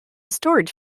storage